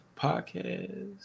podcast